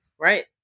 Right